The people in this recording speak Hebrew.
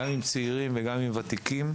גם עם צעירים וגם עם ותיקים.